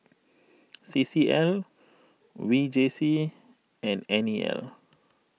C C L V J C and N E L